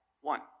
one